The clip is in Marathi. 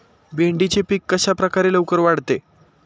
भेंडीचे पीक कशाप्रकारे लवकर वाढते?